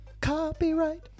copyright